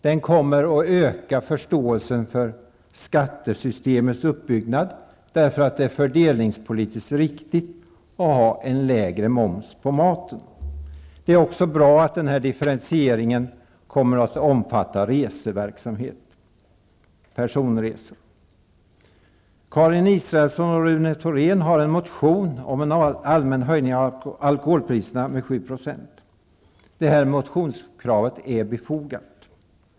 Den kommer att öka förståelsen för skattesystemets uppbyggnad eftersom det är fördelningspolitiskt riktigt att ha en lägre moms på maten. Det är också bra att den här differentieringen kommer att omfatta reseverksamhet, dvs. personresor. Karin Israelsson och Rune Thorén har väckt en motion om en allmän höjning av alkoholpriserna med 7 %. Detta motionskrav är befogat.